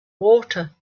water